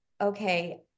okay